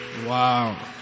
Wow